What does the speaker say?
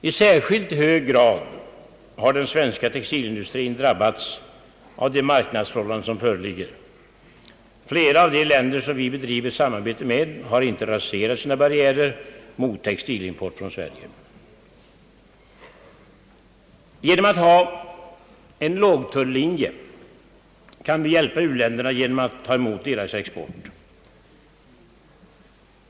I särskilt hög grad har den svenska textilindustrien drabbats av de marknadsförhållanden som föreligger. Flera av de länder som vi bedrivit samarbete med har inte raserat sina barriärer mot textilimport från Sverige. Om vi har en lågtullinje kan vi hjälpa u-länderna genom att ta emot deras export.